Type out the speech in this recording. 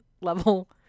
level